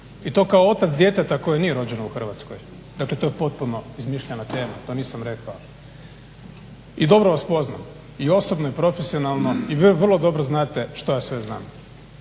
i to kao otac djeteta koje nije rođeno u Hrvatskoj. Dakle, to je potpuno izmišljena tema, to nisam rekao. I dobro vas poznajem, i osobno i profesionalno i vrlo dobro znate što ja sve znam.